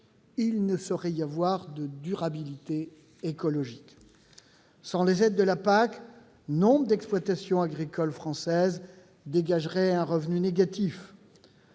il ne saurait y avoir de durabilité écologique. Sans les aides de la PAC, nombre d'exploitations agricoles françaises dégageraient un revenu négatif.